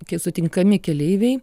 kai sutinkami keleiviai